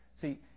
See